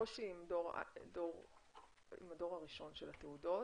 קושי עם הדור הראשון של התעודות,